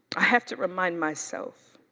i have to remind myself.